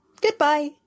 Goodbye